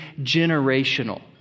generational